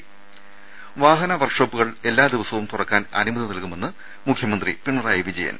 ത വാഹന വർക്ഷോപ്പുകൾ എല്ലാ ദിവസവും തുറക്കാൻ അനുമതി നൽകുമെന്ന് മുഖ്യമന്ത്രി പിറണായി വിജയൻ